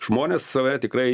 žmonės save tikrai